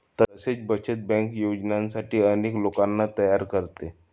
तसेच बचत बँक योजनांसाठी अनेक लोकांना तयार करते